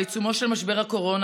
בעיצומו של משבר הקורונה,